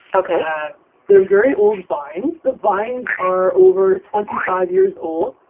so yeah they're very old vines. the vines are over twenty five years old.